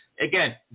Again